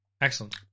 Excellent